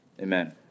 Amen